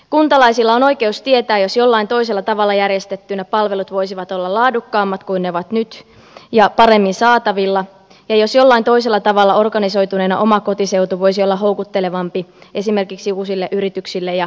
kuntalaisilla on oikeus tietää jos jollain toisella tavalla järjestettynä palvelut voisivat olla laadukkaammat kuin ne ovat nyt ja paremmin saatavilla ja jos jollain toisella tavalla organisoituneena oma kotiseutu voisi olla houkuttelevampi esimerkiksi uusille yrityksille ja uusille asukkaille